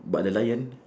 but the lion